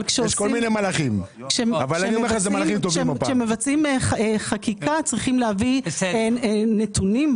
אבל כשמבצעים חקיקה, צריך להביא נתונים.